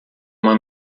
uma